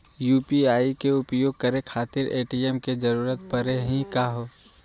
UPI के उपयोग करे खातीर ए.टी.एम के जरुरत परेही का हो?